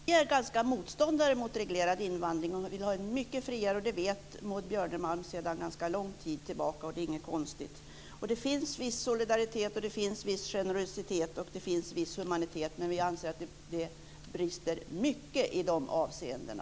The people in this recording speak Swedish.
Herr talman! Vi är motståndare till reglerad invandring och vill ha en mycket friare invandring sedan ganska lång tid tillbaka. Det vet Maud Björnemalm. Det är inget konstigt. Det finns viss solidaritet, viss generositet och viss humanitet, men vi anser att det brister mycket i de avseendena.